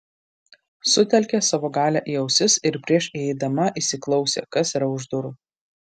sutelkė savo galią į ausis ir prieš įeidama įsiklausė kas yra už durų